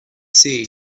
see